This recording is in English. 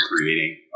creating